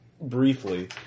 briefly